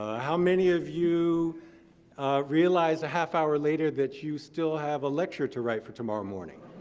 ah how many of you realized a half-hour later that you still have a lecture to write for tomorrow morning?